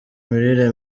imirire